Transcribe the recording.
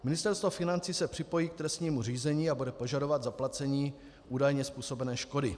Ministerstvo financí se připojí k trestnímu řízení a bude požadovat zaplacení údajně způsobené škody.